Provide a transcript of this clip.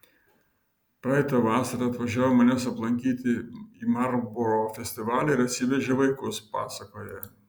praeitą vasarą atvažiavo manęs aplankyti į marlboro festivalį ir atsivežė vaikus pasakoja